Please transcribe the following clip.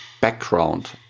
background